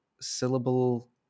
syllable